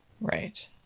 Right